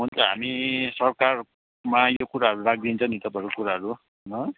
हुन्छ हामी सरकारमा यो कुराहरू राखिदिन्छौँ नि तपाईँहरूको कुराहरू ल